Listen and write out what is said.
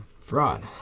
Fraud